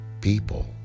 people